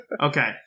Okay